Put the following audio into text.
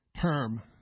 term